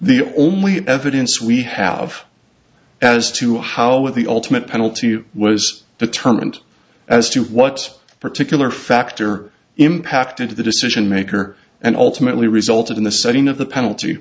the only evidence we have as to how with the ultimate penalty was determined as to what particular factor impacted the decision maker and ultimately resulted in the setting of the penalty